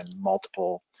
multiple